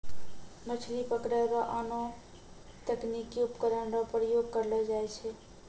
मछली पकड़ै रो आनो तकनीकी उपकरण रो प्रयोग करलो जाय छै